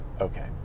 Okay